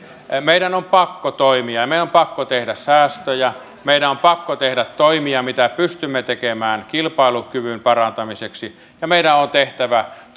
meidän on pakko toimia ja meidän on pakko tehdä säästöjä meidän on pakko tehdä toimia mitä pystymme tekemään kilpailukyvyn parantamiseksi ja meidän on tehtävä